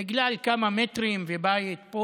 בגלל כמה מטרים ובית פה.